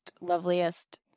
loveliest